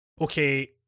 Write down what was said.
okay